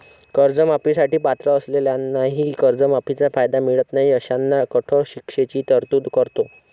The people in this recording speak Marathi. कर्जमाफी साठी पात्र असलेल्यांनाही कर्जमाफीचा कायदा मिळत नाही अशांना कठोर शिक्षेची तरतूद करतो